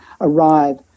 arrive